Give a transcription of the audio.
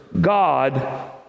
God